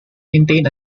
maintain